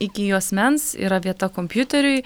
iki juosmens yra vieta kompiuteriui